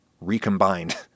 Recombined